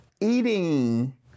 eating